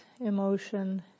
emotion